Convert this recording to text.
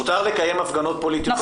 מותר לקיים הפגנות פוליטיות.